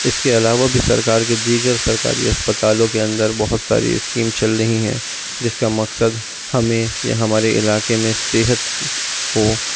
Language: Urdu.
اس کے علاوہ بھی سرکار کی دیگر سرکاری اسپتالوں کے اندر بہت ساری اسکیم چل رہی ہیں جس کا مقصد ہمیں یا ہمارے علاقے میں صحت کو